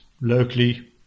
locally